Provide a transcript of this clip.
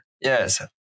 Yes